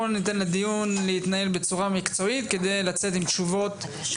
בואו ניתן לדיון להתנהל בצורה מקצועית כדי לצאת עם תשובות.